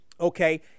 Okay